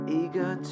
eager